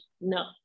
no